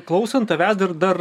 klausant tavęs dar dar